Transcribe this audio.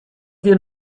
wir